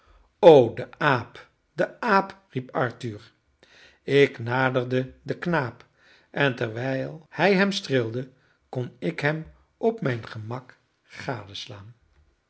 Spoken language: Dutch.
de aap de aap riep arthur ik naderde den knaap en terwijl hij hem streelde kon ik hem op mijn gemak gadeslaan